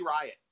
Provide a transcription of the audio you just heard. Riot